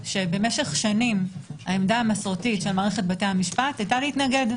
במשך שנים העמדה המסורתית של מערכת בתי המשפט היתה להתנגד.